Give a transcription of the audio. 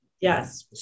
Yes